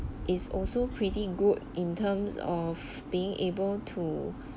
is also pretty good in terms of being able to